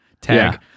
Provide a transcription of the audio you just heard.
tag